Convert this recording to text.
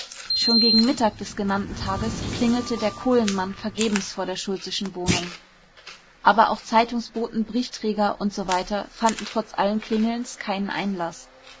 schon gegen mittag des genannten tages klingelte der kohlenmann vergebens vor der schultzeschen wohnung aber auch zeitungsboten briefträger usw fanden trotz allen klingelns keinen einlaß